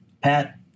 Pat